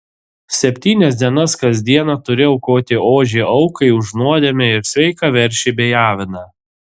septynias dienas kas dieną turi aukoti ožį aukai už nuodėmę ir sveiką veršį bei aviną